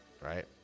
right